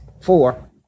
four